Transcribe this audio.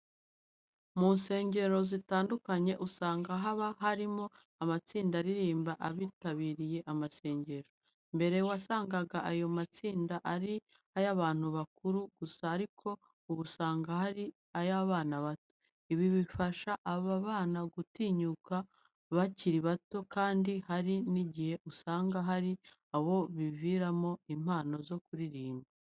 Mu nsengero zitandukanye, usanga haba harimo amatsida aririmbira abitabiriye amasengesho. Mbere wasangaga ayo matsinda ari ay'abantu bakuru gusa ariko ubu usanga hari n'ay'abana bato. Ibi bifasha aba bana gutinyuka bakiri bato kandi hari n'igihe usanga hari abo biviriyemo impano zo kuririmba.